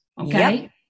Okay